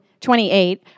28